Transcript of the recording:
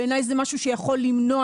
בעיני זה משהו שיכול למנוע,